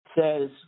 says